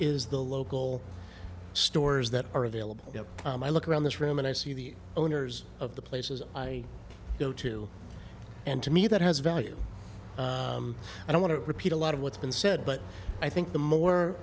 is the local stores that are available i look around this room and i see the owners of the places i go to and to me that has value and i want to repeat a lot of what's been said but i think the more